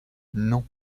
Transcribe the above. non